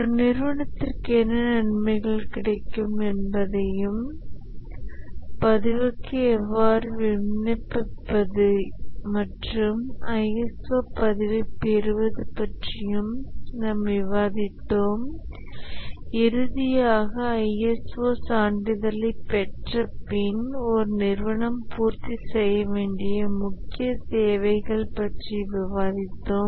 ஒரு நிறுவனத்திற்கு என்ன நன்மைகள் கிடைக்கும் என்பதையும் பதிவுக்கு எவ்வாறு விண்ணப்பிப்பது மற்றும் ISO பதிவைப் பெறுவது பற்றியும் நாம் விவாதித்தோம் இறுதியாக ISO சான்றிதழை பெற்ற பின் ஒரு நிறுவனம் பூர்த்தி செய்ய வேண்டிய முக்கிய தேவைகள் பற்றி விவாதித்தோம்